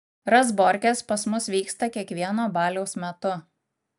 razborkės pas mus vyksta kiekvieno baliaus metu